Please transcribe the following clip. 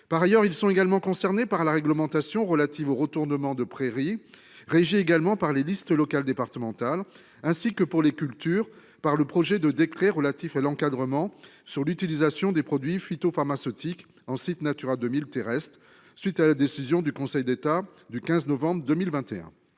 Par ailleurs, ils sont également concernés par la réglementation relative aux retournements de prairie rejet également par les listes locales, départementales, ainsi que pour les cultures par le projet de décret relatif à l'encadrement sur l'utilisation des produits phytopharmaceutiques en site Natura 2000 terrestre suite à la décision du Conseil d'État du 15 novembre 2021.